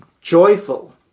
joyful